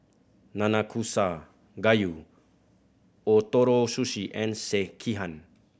Nanakusa Gayu Ootoro Sushi and Sekihan